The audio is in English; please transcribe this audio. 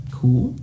cool